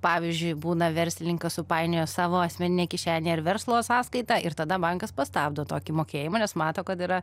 pavyzdžiui būna verslininkas supainiojo savo asmeninę kišenę ir verslo sąskaitą ir tada bankas pats stabdo tokį mokėjimą nes mato kad yra